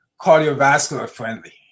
cardiovascular-friendly